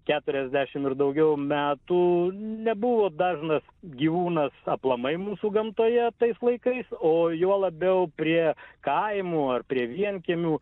keturiasdešim ir daugiau metų nebuvo dažnas gyvūnas aplamai mūsų gamtoje tais laikais o juo labiau prie kaimų ar prie vienkiemių